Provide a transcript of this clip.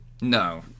no